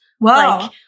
Wow